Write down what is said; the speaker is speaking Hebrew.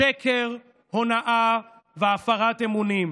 שקר, הונאה והפרת אמונים,